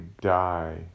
die